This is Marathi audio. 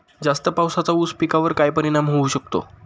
जास्त पावसाचा ऊस पिकावर काय परिणाम होऊ शकतो?